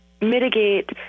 mitigate